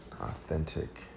authentic